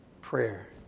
prayer